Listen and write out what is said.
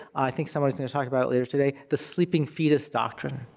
i think somebody's gonna talk about it later today, the sleeping fetus doctrine,